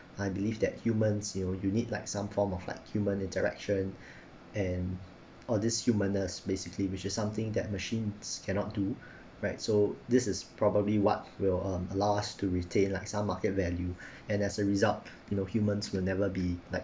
I believe that humans you know you need like some form of like human interaction and or this humanness basically which is something that machines cannot do right so this is probably what will um allow us to retain like some market value and as a result you know humans will never be like